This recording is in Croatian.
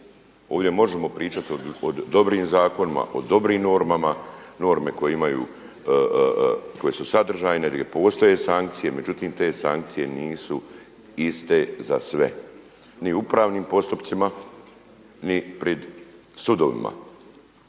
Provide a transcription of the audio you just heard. Ovdje možemo pričati o dobrim zakonima o dobrim normama, norme koje su sadržajne jer postoje sankcije, međutim te sankcije nisu iste za sve ni u upravnim postupcima ni pred sudovima.